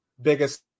Biggest